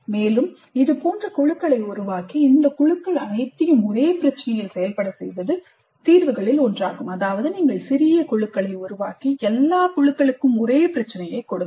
மேலும் "இதுபோன்ற குழுக்களை உருவாக்கி இந்த குழுக்கள் அனைத்தையும் ஒரே பிரச்சினையில் செயல்படச் செய்வது" தீர்வுகளில் ஒன்றாகும் அதாவது நீங்கள் சிறிய குழுக்களை உருவாக்கி எல்லா குழுக்களுக்கும் ஒரே பிரச்சனையை கொடுங்கள்